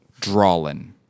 drawlin